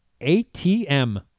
ATM